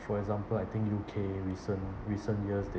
for example I think U_K recent recent years they